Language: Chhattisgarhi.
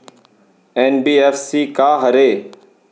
एन.बी.एफ.सी का हरे?